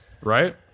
right